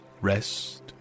Rest